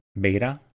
beta